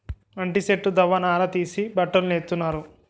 అంటి సెట్టు దవ్వ నార తీసి బట్టలు నేత్తన్నారు